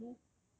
how I know